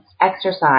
Exercise